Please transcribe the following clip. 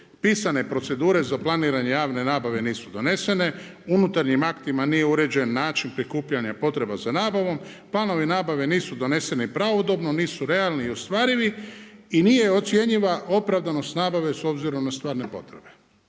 Pisane procedure za planiranje javne nabave nisu donesene. Unutarnjim aktima nije uređen način prikupljanja i potreba za nabavom, planovi nabave nisu doneseni pravodobno, nisu realni i ostvarivi i nije ocjenjiva opravdanost nabave s obzirom na stvarne potrebe.